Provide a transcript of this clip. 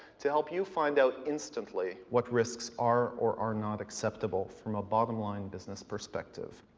to help you find out instantly what risks are or are not acceptable from a bottom-line business perspective.